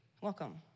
Welcome